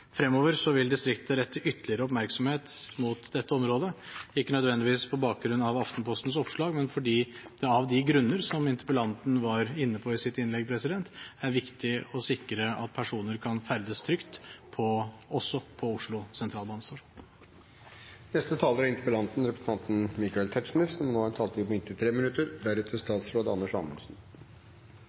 Fremover vil distriktet rette ytterligere oppmerksomhet mot dette området, ikke nødvendigvis på bakgrunn av Aftenpostens oppslag, men fordi det av de grunner som interpellanten var inne på i sitt innlegg, er viktig å sikre at personer kan ferdes trygt også på Oslo Sentralstasjon. Jeg forstår av statsrådens svar at Politidirektoratet vurderer situasjonen noe annerledes enn det man kunne få som